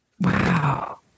Wow